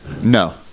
no